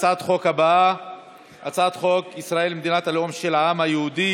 הצעת החוק עברה בקריאה טרומית,